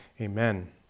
Amen